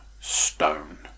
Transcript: stone